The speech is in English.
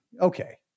Okay